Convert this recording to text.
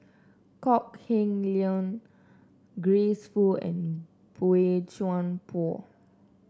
Kok Heng Leun Grace Fu and Boey Chuan Poh